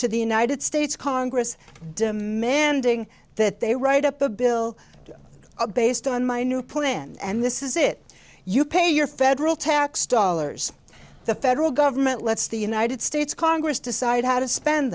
to the united states congress demanding that they write up the bill based on my new plan and this is it you pay your federal tax dollars the federal government lets the united states congress decide how to spend